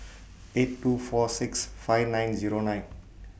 eight two four six five nine Zero nine